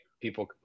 people